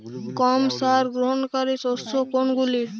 কম সার গ্রহণকারী শস্য কোনগুলি?